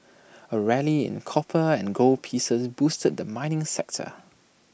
A rally in copper and gold pieces boosted the mining sector